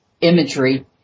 imagery